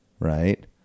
Right